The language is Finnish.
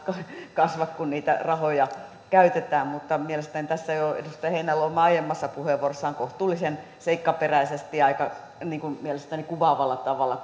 kasva kun niitä rahoja käytetään mielestäni tässä jo edustaja heinäluoma aiemmassa puheenvuorossaan kohtuullisen seikkaperäisesti ja aika kuvaavalla tavalla